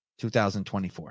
2024